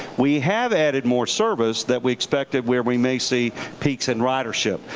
we have added more service that we expect where we may see peaks in ridership.